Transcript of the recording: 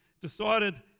decided